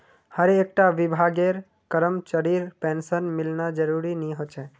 हर एक टा विभागेर करमचरीर पेंशन मिलना ज़रूरी नि होछे